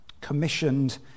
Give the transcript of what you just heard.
commissioned